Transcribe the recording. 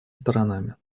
сторонами